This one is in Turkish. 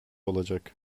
olacak